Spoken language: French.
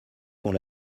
font